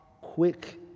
quick